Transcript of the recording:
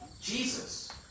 Jesus